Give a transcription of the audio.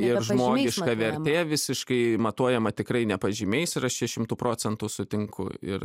ir žmogiška vertė visiškai matuojama tikrai ne pažymiais ir aš čia šimtu procentų sutinku ir